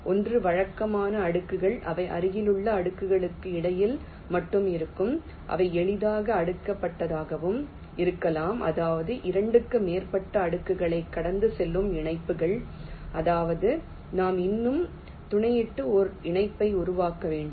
ஒன்று வழக்கமான அடுக்குகள் அவை அருகிலுள்ள அடுக்குகளுக்கு இடையில் மட்டுமே இருக்கும் அவை எளிதாகவும் அடுக்கப்பட்டதாகவும் இருக்கலாம் அதாவது 2 க்கும் மேற்பட்ட அடுக்குகளைக் கடந்து செல்லும் இணைப்புகள் அதாவது நாம் இன்னும் துளையிட்டு ஒரு இணைப்பை உருவாக்க வேண்டும்